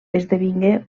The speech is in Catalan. esdevingué